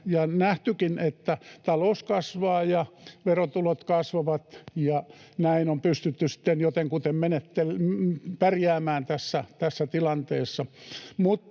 nähtykin, että talous kasvaa ja verotulot kasvavat, ja näin on pystytty sitten jotenkuten pärjäämään tässä tilanteessa.